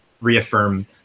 reaffirm